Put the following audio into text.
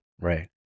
Right